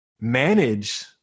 manage